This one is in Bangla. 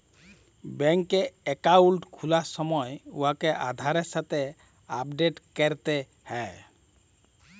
ব্যাংকে একাউল্ট খুলার সময় উয়াকে আধারের সাথে আপডেট ক্যরতে হ্যয়